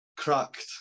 cracked